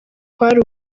kwari